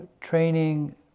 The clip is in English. training